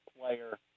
player